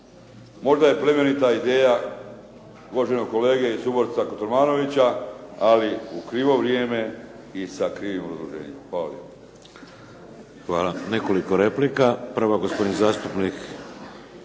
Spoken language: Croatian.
možda je plemenita ideja, uvaženog kolege i suborca Kotromanovića, ali u krivo vrijeme i sa krivim obrazloženjem. Hvala